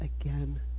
again